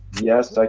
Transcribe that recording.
yes, like